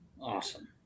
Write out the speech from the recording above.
Awesome